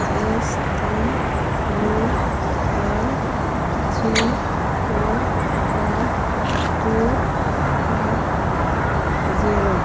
S T U L three four five two eight zero